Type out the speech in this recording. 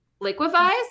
liquefies